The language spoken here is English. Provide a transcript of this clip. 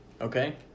Okay